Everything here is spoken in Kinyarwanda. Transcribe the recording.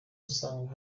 usanga